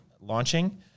launching